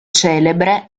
celebre